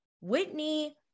Whitney-